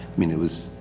mean it was,